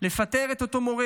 לפטר את אותו מורה,